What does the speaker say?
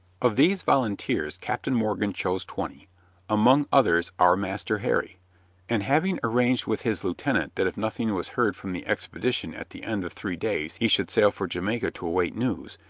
of these volunteers captain morgan chose twenty among others our master harry and having arranged with his lieutenant that if nothing was heard from the expedition at the end of three days he should sail for jamaica to await news,